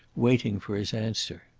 waiting for his answer.